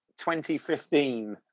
2015